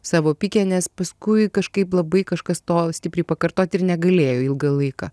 savo pike nes paskui kažkaip labai kažkas to stipriai pakartot ir negalėjo ilgą laiką